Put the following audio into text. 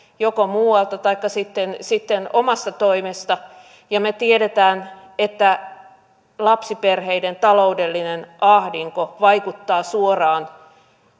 joko muualta taikka sitten sitten omasta toimesta ja me tiedämme että lapsiperheiden taloudellinen ahdinko vaikuttaa suoraan